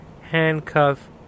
Handcuff